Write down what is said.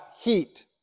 heat